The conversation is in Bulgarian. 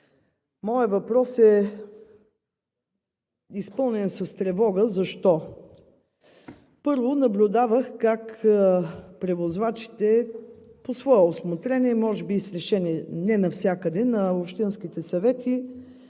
моят въпрос е изпълнен с тревога. Защо? Първо, наблюдавах как превозвачите по свое усмотрение, може би и с решение, не навсякъде, на общинските съвети